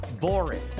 boring